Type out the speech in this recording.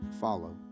follow